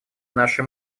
наши